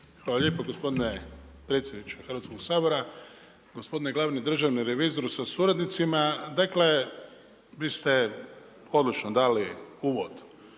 Hvala lijepo gospodine predsjedniče Hrvatskog sabora. Gospodine glavni državni revizoru sa suradnicima. Dakle vi ste odlično dali uvod